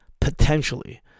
Potentially